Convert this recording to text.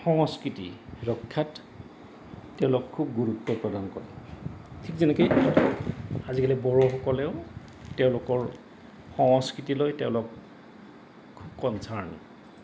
সংস্কৃতি ৰক্ষাত তেওঁলোক খুব গুৰুত্ব প্ৰদান কৰে ঠিক যেনেকে আজিকালি বড়োসকলেও তেওঁলোকৰ সংস্কৃতিলৈৈ তেওঁলোক খুব কনচাৰ্ণ